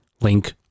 link